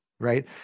right